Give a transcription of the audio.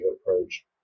approach